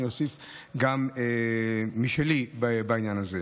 גם משלי בעניין הזה.